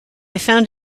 found